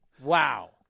Wow